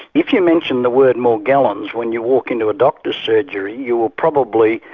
if you mention the word morgellons when you walk into a doctor's surgery you will probably,